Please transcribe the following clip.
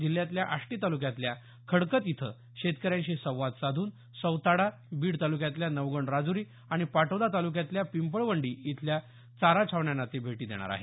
जिल्ह्यातल्या आष्टी तालुक्यातल्या खडकत इथं शेतकऱ्यांशी संवाद साधून सौताडा बीड तालुक्यातल्या नवगण राजुरी आणि पाटोदा तालुक्यातल्या पिंपळवंडी इथल्या चारा छावण्यांना ते भेटी देणार आहेत